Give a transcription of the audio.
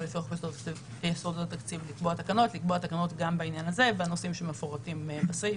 לקבוע תקנות גם בעניין הזה בנושאים שמפורטים בסעיף.